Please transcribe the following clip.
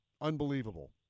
Unbelievable